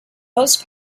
most